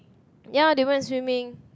ya they went swimming